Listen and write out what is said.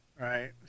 right